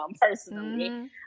personally